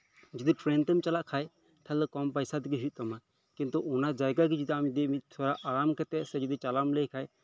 ᱡᱚᱫᱤ ᱴᱨᱮᱱ ᱛᱮᱢ ᱪᱟᱞᱟᱜ ᱠᱷᱟᱱ ᱛᱟᱦᱚᱞᱮ ᱠᱚᱢ ᱯᱚᱭᱥᱟ ᱛᱮᱜᱮ ᱦᱳᱭᱳᱜ ᱛᱟᱢᱟ ᱠᱤᱱᱛᱩ ᱚᱱᱟ ᱡᱟᱭᱜᱟ ᱜᱮ ᱡᱚᱫᱤ ᱢᱤᱫ ᱫᱷᱟᱣ ᱟᱨᱟᱢ ᱠᱟᱛᱮᱫ ᱡᱚᱫᱤ ᱪᱟᱞᱟᱜ ᱮᱢ ᱞᱟᱹᱭ ᱠᱷᱟᱱ